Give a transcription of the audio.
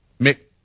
Mick